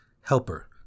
Helper